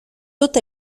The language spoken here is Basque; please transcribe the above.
dut